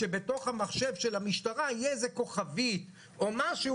שבתוך המחשב של המשטרה תהיה איזה כוכבית או משהו,